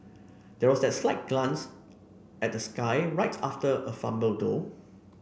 there was that slight glance at the sky right after a fumble though